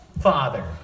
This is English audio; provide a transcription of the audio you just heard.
father